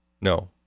No